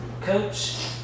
coach